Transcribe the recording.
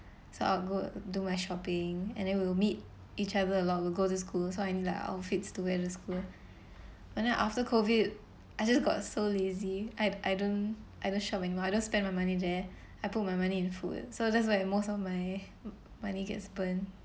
so I'll go do my shopping and then we'll meet each other a lot we'll go to school so I need like outfits to wear to the school but then after COVID I just got so lazy I I don't I don't shop anymore I don't spend my money there I put my money in food so that's why most of my money gets burn